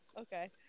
Okay